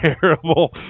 Terrible